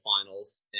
finals